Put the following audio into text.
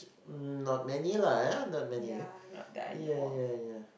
um not many lah yeah not many eh yeah yeah yeah